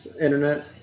Internet